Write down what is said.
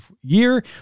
year